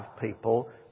people